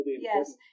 Yes